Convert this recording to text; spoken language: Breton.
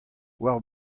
war